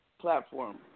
platform